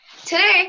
Today